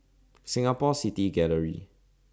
Singapore City Gallery